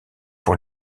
pour